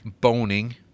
Boning